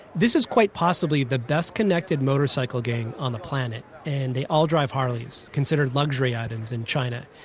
this is quite possibly the best-connected motorcycle gang on the planet, and they all drive harleys considered luxury items in china.